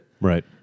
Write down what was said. Right